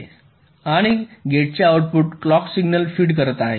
आणि गेटचे output clock signal feed करत आहे